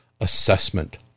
assessment